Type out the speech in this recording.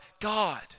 God